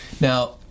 Now